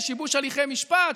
של שיבוש הליכי משפט,